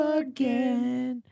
again